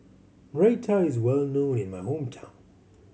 raita is well known in my hometown